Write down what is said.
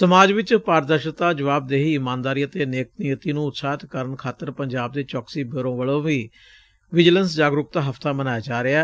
ਸਮਾਜ ਵਿਚ ਪਾਰਦਰਸ਼ਤਾ ਜਵਾਬਦੇਹੀ ਇਮਾਨਦਾਰੀ ਅਤੇ ਨੇਕਨੀਅਤੀ ਨੂੰ ਉਤਸ਼ਾਹਿਤ ਕਰਨ ਖਾਤਰ ਪੰਜਾਬ ਦੇ ਚੌਕਸੀ ਬਿਓਰੋ ਵਲੋਂ ਵੀ ਵਿਜੀਲੈਂਸ ਜਾਗਰੁਕਤਾ ਹਫ਼ਤਾ ਮਨਾਇਆ ਜਾ ਰਿਹੈ